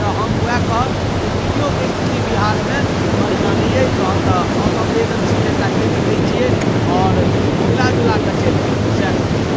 तऽ हम वएह कहब जे मीडियोके स्थति बिहारमे बढ़िआँ नहि अछि तहन तऽ असंवेदनशील एकरा कहि सकय छियै आओर मिलाजुलाके चलि रहलइए सएह कहबय